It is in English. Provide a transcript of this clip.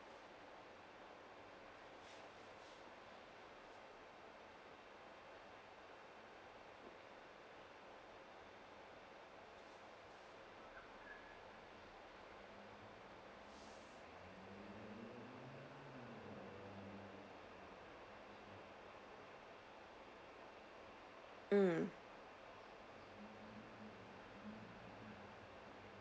mm